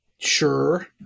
Sure